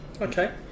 Okay